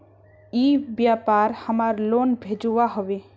ई व्यापार हमार लोन भेजुआ हभे?